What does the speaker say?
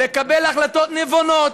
לקבל החלטות נבונות.